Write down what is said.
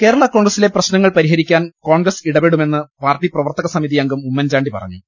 കേരള കോൺഗ്ര സ്റ്റിലെ പ്രിശ്ന ങ്ങൾ പരി ഹ രി ക്കാൻ കോൺഗ്രസ് ഇടപെടുമെന്ന് പാർട്ടി പ്രവർത്തകസമിതി അംഗം ഉമ്മൻചാണ്ടി പറഞ്ഞു